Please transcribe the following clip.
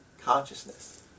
consciousness